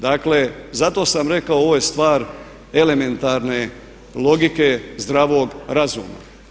Dakle, zato sam rekao ovo je stvar elementarne logike zdravog razuma.